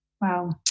Wow